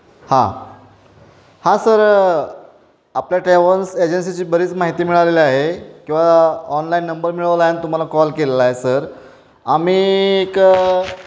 हां हां सर आपल्या ट्रॅव्हल्स एजन्सीची बरीच माहिती मिळालेली आहे किंवा ऑनलाईन नंबर मिळवला आहे अन तुम्हाला कॉल केलेला आहे सर आम्ही एक